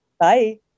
Bye